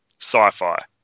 sci-fi